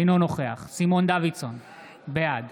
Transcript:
אינו נוכח סימון דוידסון, בעד